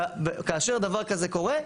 כאשר דבר כזה קורה,